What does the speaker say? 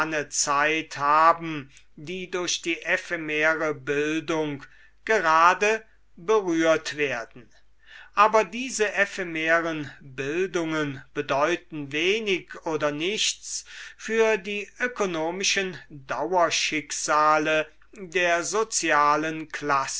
zeit haben die durch die ephemere bildung gerade berührt werden aber diese ephemeren bildungen bedeuten wenig oder nichts für die ökonomischen dauerschicksale der sozialen